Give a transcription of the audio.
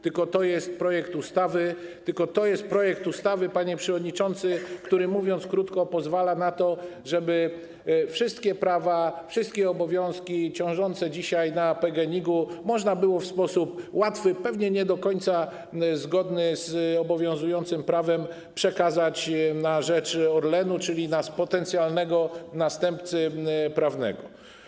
tylko to jest projekt ustawy, panie przewodniczący, który, mówiąc krótko, pozwala na to, żeby wszystkie prawa, wszystkie obowiązki ciążące dzisiaj na PGNiG można było w sposób łatwy, pewnie nie do końca zgodny z obowiązującym prawem, przekazać na rzecz Orlenu, czyli potencjalnego następcy prawnego.